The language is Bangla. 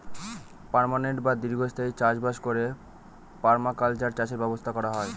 পার্মানেন্ট বা দীর্ঘস্থায়ী চাষ বাস করে পারমাকালচার চাষের ব্যবস্থা করা হয়